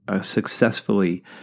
successfully